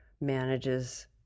manages